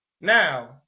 now